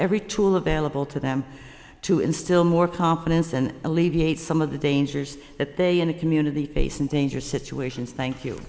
every tool available to them to instill more confidence and alleviate some of the dangers that they in the community face in dangerous situations thank you